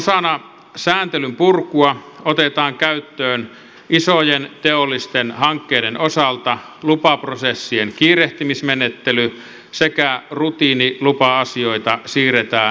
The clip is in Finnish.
osana sääntelyn purkua otetaan käyttöön isojen teollisten hankkeiden osalta lupaprosessien kiirehtimismenettely ja rutiinilupa asioita siirretään ilmoitusmenettelyyn